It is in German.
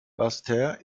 basseterre